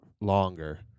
longer